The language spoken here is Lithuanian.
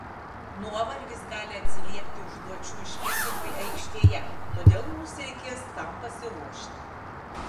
nuovargis gali atsiliepti užduočių išpildymui aikštėje todėl mums reikės tam pasiruošti